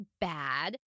bad